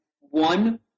one